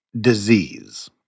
disease